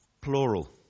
plural